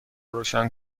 روشن